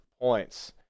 points